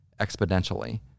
exponentially